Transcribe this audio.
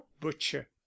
butcher